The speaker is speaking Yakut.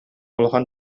улахан